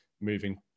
moving